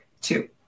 two